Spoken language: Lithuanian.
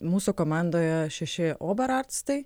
mūsų komandoje šeši obararctai